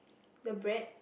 the bread